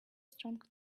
strong